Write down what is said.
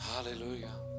Hallelujah